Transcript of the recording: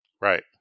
right